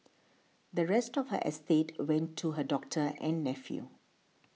the rest of her estate went to her doctor and nephew